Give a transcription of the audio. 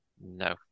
No